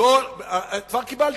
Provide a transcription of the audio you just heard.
כבר קיבלתי.